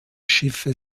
schiffe